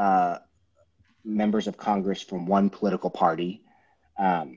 all members of congress from one political party i